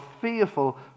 fearful